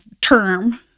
term